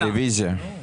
רוויזיה.